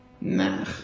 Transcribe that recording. Nah